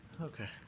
Okay